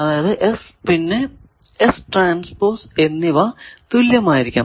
അതായതു S പിന്നെ S transpose എന്നിവ തുല്യമായിരിക്കണം